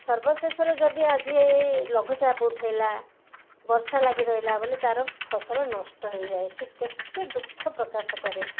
ସର୍ବଶେଷରେ ଯଦି ଆଜି ଏଇ ଲଘୁଚାପ ଉଠେଇଲା ବର୍ଷା ଲାଗି ରହିଲା ବୋଲେ ତା'ର ଫସଲ ନଷ୍ଟ ହେଇଯାଏ ସେ କେତେ ଦୁଃଖ ପ୍ରକାଶ କରେ